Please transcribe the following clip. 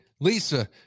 Lisa